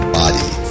body